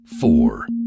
four